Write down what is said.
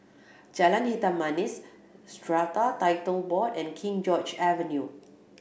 Jalan Hitam Manis Strata Title Board and King George Avenue